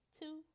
two